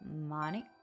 Money